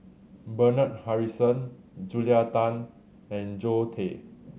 Bernard Harrison Julia Tan and Zoe Tay